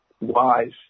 wise